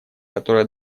которое